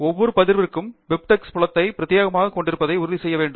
ஒவ்வொரு பதிவிற்கும் பிபிடெக்ஸ் புலத்தை பிரத்யேகமாக கொண்டிருப்பதை உறுதி செய்ய வேண்டும்